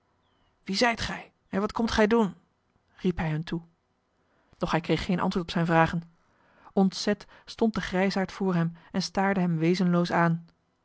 wie zijt gij en wat komt gij doen riep hij hun toe doch hij kreeg geen antwoord op zijne vragen ontzet stond de grijsaard voor hem en staarde hem wezenloos aan